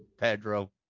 Pedro